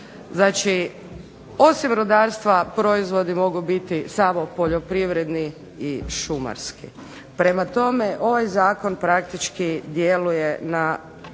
Znači, osim rudarstva proizvodi mogu biti samo poljoprivredni i šumarski. Prema tome, ovaj zakon praktički djeluje na